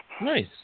Nice